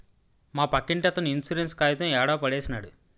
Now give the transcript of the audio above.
మా పక్కింటతను ఇన్సూరెన్స్ కాయితం యాడో పడేసినాడు